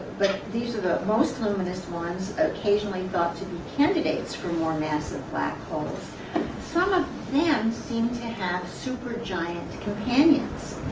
but these are the most luminous ones, occasionally thought to be candidates for more massive black holes some of them seem to have supergiant companions.